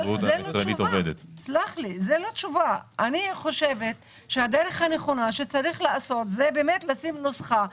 אני חושבת שהדרך הנכונה שיש לעשות זה לשים נוסחה,